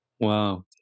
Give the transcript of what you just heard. wow